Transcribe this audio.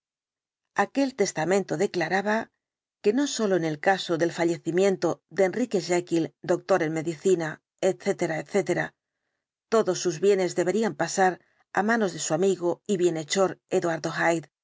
aquel testamento declaraba que no sólo en el caso del fallecimiento de enrique jekyll doctor en medicina etc etc todos sus bienes deberían pasar á manos de su amigo y bienhechor eduardo